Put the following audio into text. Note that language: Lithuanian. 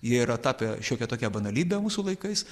jie yra tapę šiokia tokia banalybe mūsų laikais